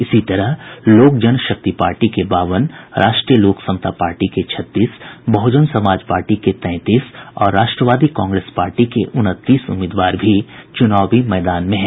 इसी तरह लोक जनशक्ति पार्टी के बावन राष्ट्रीय लोक समता पार्टी के छत्तीस बहुजन समाज पार्टी के तैंतीस और राष्ट्रवादी कांग्रेस पार्टी के उनतीस उम्मीदवार भी चुनावी मैदान में हैं